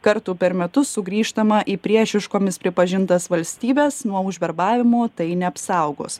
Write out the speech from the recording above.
kartų per metus sugrįžtama į priešiškomis pripažintas valstybes nuo užverbavimo tai neapsaugos